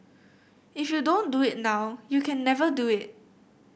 if you don't do it now you can never do it